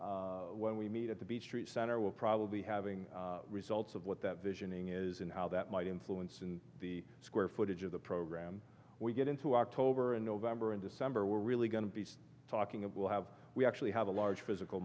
program when we meet at the beach street center will probably having results of what that visioning is and how that might influence in the square footage of the program we get into october and november and december we're really going to be talking of will have we actually have a large physical